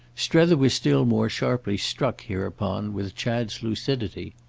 strether was still more sharply struck, hereupon, with chad's lucidity.